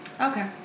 Okay